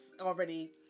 already